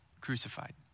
crucified